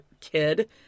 kid